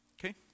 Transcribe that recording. okay